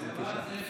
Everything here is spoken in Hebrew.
בבקשה.